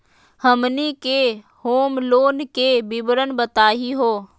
हमनी के home loan के विवरण बताही हो?